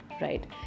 right